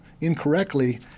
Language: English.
incorrectly